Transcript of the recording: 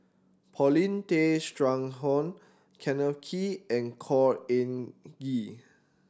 Paulin Tay Straughan Kenneth Kee and Khor Ean Ghee